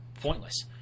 pointless